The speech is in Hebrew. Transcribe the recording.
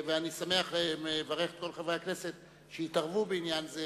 ואני מברך את כל חברי הכנסת שהתערבו בעניין זה,